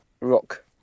rock